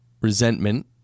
resentment